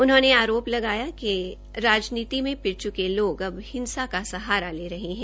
उन्होंने आरोप लगाये कि राजनीति में पिट च्के लोग अब हिंसा का सहारा ले रहे है